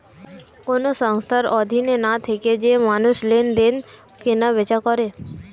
কোন সংস্থার অধীনে না থেকে যে মানুষ লেনদেন, কেনা বেচা করে